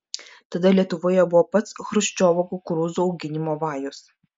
tada lietuvoje buvo pats chruščiovo kukurūzų auginimo vajus